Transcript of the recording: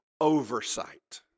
oversight